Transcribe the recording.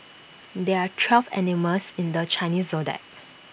there are twelve animals in the Chinese Zodiac